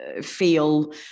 feel